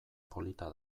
polita